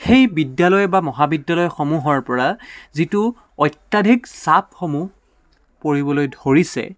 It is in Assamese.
সেই বিদ্যালয় বা মহাবিদ্যালয়সমূহৰ পৰা যিটো অত্যাধিক চাপসমূহ পৰিবলৈ ধৰিছে